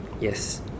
Yes